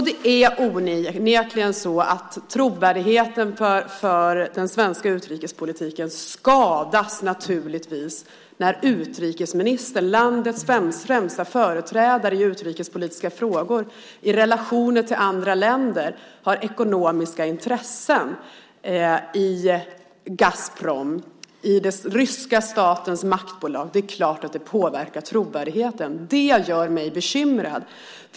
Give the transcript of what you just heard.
Det är onekligen så att trovärdigheten för den svenska utrikespolitiken skadas när utrikesministern, landets främsta företrädare i utrikespolitiska frågor i relationer till andra länder, har ekonomiska intressen i Gazprom, den ryska statens maktbolag. Det är klart att det påverkar trovärdigheten. Det gör mig bekymrad.